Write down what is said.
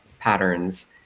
patterns